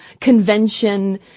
convention